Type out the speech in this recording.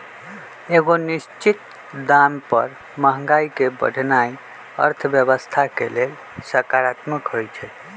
एगो निश्चित दाम पर महंगाई के बढ़ेनाइ अर्थव्यवस्था के लेल सकारात्मक होइ छइ